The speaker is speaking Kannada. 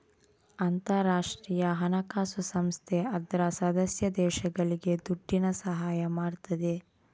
ಅಂತಾರಾಷ್ಟ್ರೀಯ ಹಣಕಾಸು ಸಂಸ್ಥೆ ಅದ್ರ ಸದಸ್ಯ ದೇಶಗಳಿಗೆ ದುಡ್ಡಿನ ಸಹಾಯ ಮಾಡ್ತದೆ